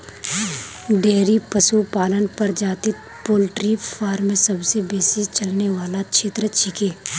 dairy पशुपालन प्रजातित poultry farm सबसे बेसी चलने वाला क्षेत्र छिके